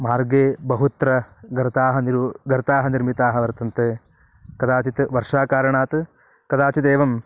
मार्गे बहुत्र गर्ताः निर्मिताः गर्ताः निर्मिताः वर्तन्ते कदाचित् वर्षा कारणात् काचिदेवं